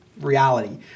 reality